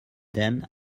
then